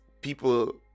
people